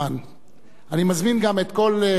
אני מזמין גם את כל חברי הכנסת,